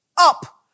up